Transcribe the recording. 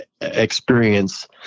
experience